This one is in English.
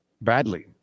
badly